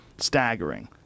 Staggering